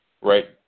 Right